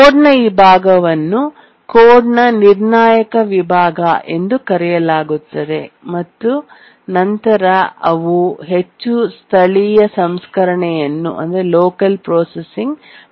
ಕೋಡ್ನ ಈ ಭಾಗವನ್ನು ಕೋಡ್ನ ನಿರ್ಣಾಯಕ ವಿಭಾಗ ಎಂದು ಕರೆಯಲಾಗುತ್ತದೆ ಮತ್ತು ನಂತರ ಅವು ಹೆಚ್ಚು ಸ್ಥಳೀಯ ಸಂಸ್ಕರಣೆಯನ್ನುಲೋಕಲ್ ಪ್ರೊಸೆಸಿಂಗ್ ಮಾಡಬಹುದು